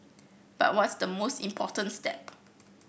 but what's the most important step